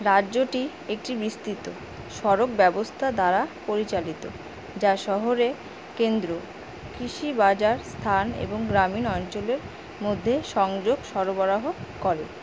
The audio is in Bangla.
রাজ্যটি একটি বিসতিতো সড়ক ব্যবস্থা দ্বারা পরিচালিত যা শহুরে কেন্দ্র কৃষি বাজার স্থান এবং গ্রামীণ অঞ্চলের মধ্যে সংযোগ সরবরাহ করে